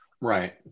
Right